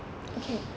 okay